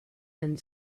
and